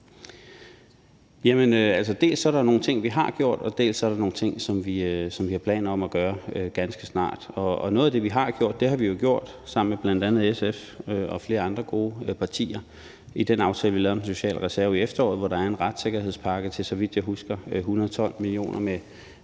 dels er der nogle ting, vi har gjort, dels er der nogle ting, som vi har planer om at gøre ganske snart. Og noget af det, vi har gjort, har vi jo gjort sammen med bl.a. SF og flere andre gode partier i den aftale, vi lavede om den sociale reserve i efteråret, hvor der er en retssikkerhedspakke til – så vidt jeg husker – 112 mio. kr. med